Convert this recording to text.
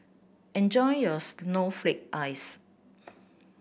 enjoy your snowflake ice